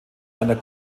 einer